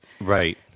right